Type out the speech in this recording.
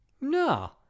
no